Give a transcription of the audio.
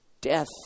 death